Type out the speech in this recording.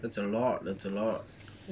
that's a lot that's a lot